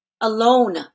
Alone